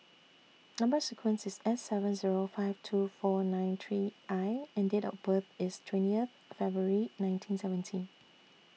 Number sequence IS S seven Zero five two four nine three I and Date of birth IS twentieth February nineteen seventy